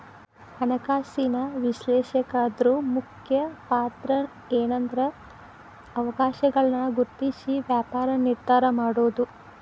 ಹಣಕಾಸಿನ ವಿಶ್ಲೇಷಕರ್ದು ಮುಖ್ಯ ಪಾತ್ರಏನ್ಂದ್ರ ಅವಕಾಶಗಳನ್ನ ಗುರ್ತ್ಸಿ ವ್ಯಾಪಾರ ನಿರ್ಧಾರಾ ಮಾಡೊದು